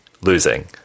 losing